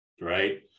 right